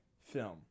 film